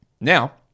Now